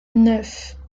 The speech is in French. neuf